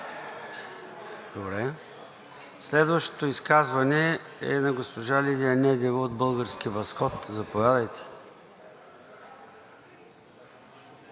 Следващото изказване е на госпожа Лилия Недева от „Български възход“. Заповядайте.